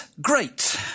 great